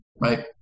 right